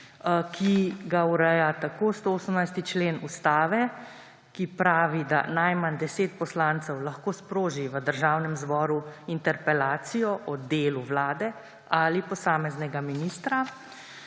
ki ga ureja 118. člen Ustave, ki pravi, da lahko najmanj 10 poslancev sproži v Državnem zboru interpelacijo o delu vlade ali posameznega ministra.